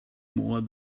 more